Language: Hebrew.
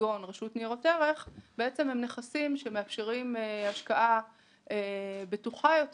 כגון רשות ניירות הם נכסים שמאפשרים השקעה בטוחה יותר